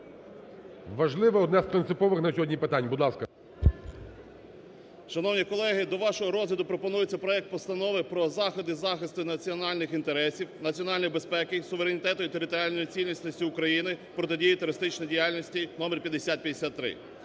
Важливе, одне з принципових на сьогодні питань, будь ласка. 10:55:44 БУРБАК М.Ю. Шановні колеги! До вашого розгляду пропонується проект Постанови про заходи захисту національних інтересів, національної безпеки, суверенітету і територіальної цілісності України, протидії терористичній діяльності (№ 5350).